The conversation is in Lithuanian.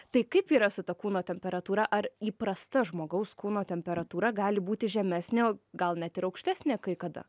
tai kaip yra su ta kūno temperatūra ar įprasta žmogaus kūno temperatūra gali būti žemesnė o gal net ir aukštesnė kai kada